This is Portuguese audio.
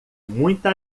muita